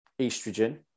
estrogen